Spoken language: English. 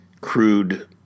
crude